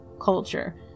culture